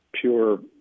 pure